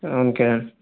okay